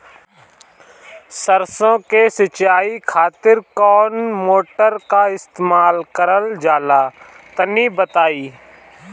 सरसो के सिंचाई खातिर कौन मोटर का इस्तेमाल करल जाला तनि बताई?